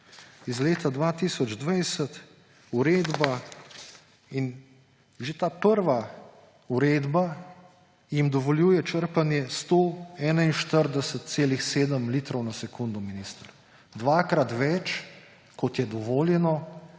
iz leta 2020, uredba, in že ta prva uredba jim dovoljuje črpanje 141,7 litra na sekundo, minister. Dvakrat več, kot je dovoljeno,